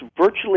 virtually